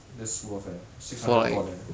that's worth eh six hundred gone eh